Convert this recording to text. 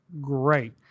great